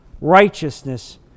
righteousness